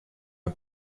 her